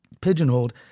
pigeonholed